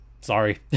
Sorry